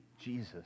Jesus